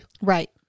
Right